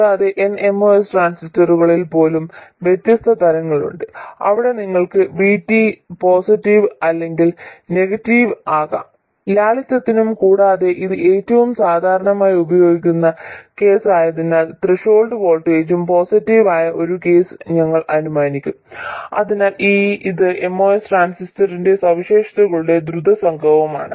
കൂടാതെ nMOS ട്രാൻസിസ്റ്ററുകളിൽ പോലും വ്യത്യസ്ത തരങ്ങളുണ്ട് അവിടെ നിങ്ങൾക്ക് VT പോസിറ്റീവ് അല്ലെങ്കിൽ നെഗറ്റീവ് ആകാം ലാളിത്യത്തിനും കൂടാതെ ഇത് ഏറ്റവും സാധാരണയായി ഉപയോഗിക്കുന്ന കേസായതിനാൽ ത്രെഷോൾഡ് വോൾട്ടേജും പോസിറ്റീവ് ആയ ഒരു കേസ് ഞങ്ങൾ അനുമാനിക്കും അതിനാൽ ഇത് MOS ട്രാൻസിസ്റ്ററിന്റെ സവിശേഷതകളുടെ ദ്രുത സംഗ്രഹമാണ്